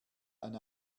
ein